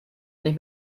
nicht